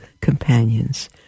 companions